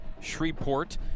Shreveport